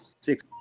six